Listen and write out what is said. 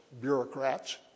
bureaucrats